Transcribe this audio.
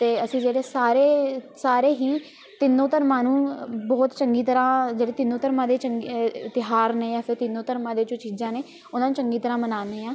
ਅਤੇ ਅਸੀਂ ਜਿਹੜੇ ਸਾਰੇ ਸਾਰੇ ਹੀ ਤਿੰਨੋਂ ਧਰਮਾਂ ਨੂੰ ਬਹੁਤ ਚੰਗੀ ਤਰ੍ਹਾਂ ਜਿਹੜੇ ਤਿੰਨੋਂ ਧਰਮਾਂ ਦੇ ਚੰਗੀ ਤਿਉਹਾਰ ਨੇ ਜਾਂ ਫਿਰ ਤਿੰਨੋਂ ਧਰਮਾਂ ਦੇ ਜੋ ਚੀਜ਼ਾਂ ਨੇ ਉਹਨਾਂ ਨੂੰ ਚੰਗੀ ਤਰ੍ਹਾਂ ਮਨਾਉਂਦੇ ਹਾਂ